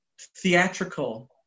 theatrical